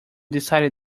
decided